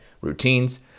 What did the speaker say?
routines